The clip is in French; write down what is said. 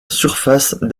surface